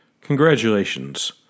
Congratulations